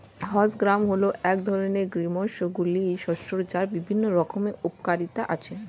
horse gram হল এক ধরনের গ্রীষ্মমণ্ডলীয় শস্য যার বিভিন্ন রকমের উপকারিতা আছে